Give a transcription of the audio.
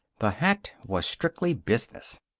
the hat was strictly business.